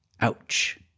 Ouch